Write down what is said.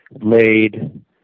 laid